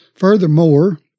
Furthermore